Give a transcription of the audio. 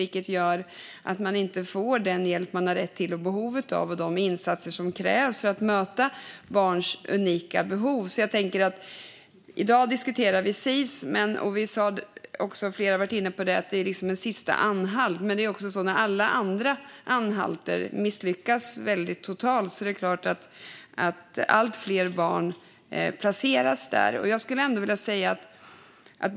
Det gör att barnen inte får den hjälp de har rätt till och behov av. De får inte de insatser som krävs för att möta deras unika behov. I dag diskuterar vi Sis. Flera har varit inne på att det är en sista anhalt. Men när alla andra anhalter totalt misslyckats placeras allt fler barn där.